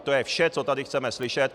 To je vše, co tady chceme slyšet.